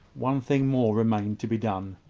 one thing more remained to be done.